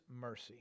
mercy